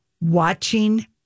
Watching